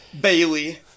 bailey